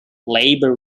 labor